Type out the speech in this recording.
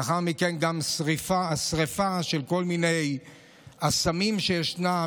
לאחר מכן גם שרפה של כל מיני אסמים שישנם.